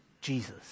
Jesus